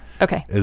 Okay